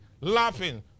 laughing